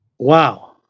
Wow